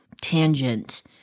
tangent